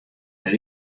net